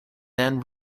then